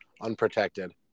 unprotected